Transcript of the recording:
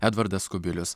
edvardas kubilius